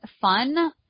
fun